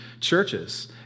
churches